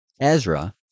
Ezra